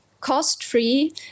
cost-free